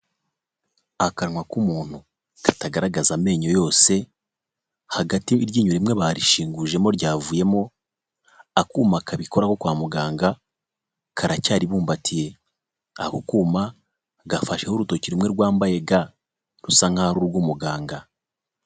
Akanwa k'umuntu katagaragaza amenyo yose, hagati iryinyo rimwe barishingujemo ryavuyemo, akuma kabikoraho kwa muganga karacyaribumbatiye. Ako kuma gafasheho urutoki rumwe rwambaye ga, rusa nkaho ari urw'umuganga.